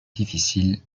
difficile